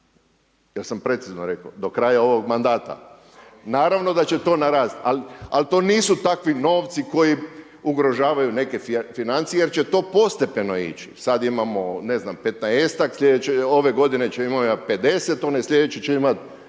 Jel sam precizno rekao, do kraja ovog mandata? Naravno da će to narasti. Ali to nisu takvi novci koji ugrožavaju neke financije jer će to postepeno ići. Sada imamo ne znam 15-ak, sljedeće, ove godine će imati 50, one sljedeće će imati